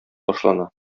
башлана